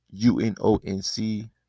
UNONC